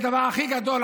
הדבר הכי גדול,